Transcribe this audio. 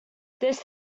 this